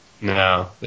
No